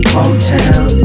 Motown